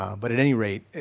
but at any rate,